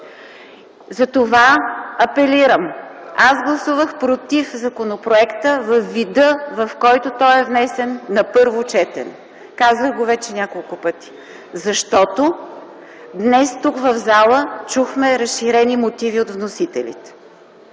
Затова апелирам. Аз гласувах против законопроекта във вида, в който той е внесен на първо четене. Казах го вече няколко пъти. Защото днес тук в залата чухме разширени мотиви от вносителите,